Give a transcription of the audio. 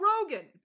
Rogan